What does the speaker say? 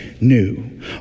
new